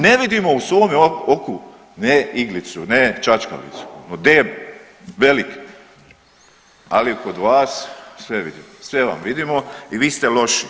Ne vidimo u svome oku ne iglicu, ne čačkalicu nego deblo velik, ali kod vas sve vidimo, sve vam vidimo i vi ste loši.